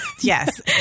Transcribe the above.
Yes